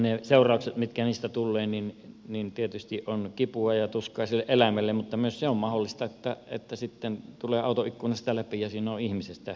ne seuraukset mitkä siitä tulee tietysti kipua ja tuskaa sille eläimelle mutta myös se on mahdollista että se tulee auton ikkunasta läpi ja siinä on ihmishengistä kysymys